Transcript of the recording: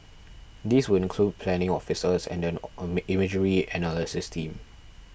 these would include planning officers and an imagery analysis team